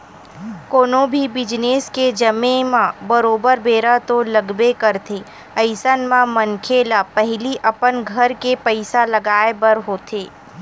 कोनो भी बिजनेस के जमें म बरोबर बेरा तो लगबे करथे अइसन म मनखे ल पहिली अपन घर के पइसा लगाय बर होथे